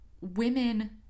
Women